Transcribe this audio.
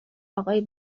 آقای